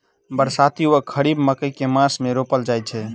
बरसाती वा खरीफ मकई केँ मास मे रोपल जाय छैय?